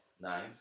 Nice